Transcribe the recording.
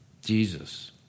Jesus